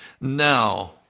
now